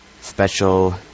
special